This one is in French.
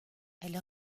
elle